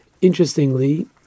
interestingly